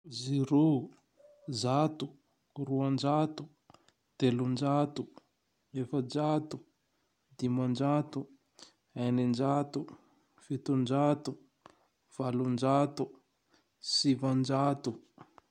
Zero, zato, roanjato, telonjato, efajato, dimanjato, enenjato, fitonjato, valonjato, sivanjato.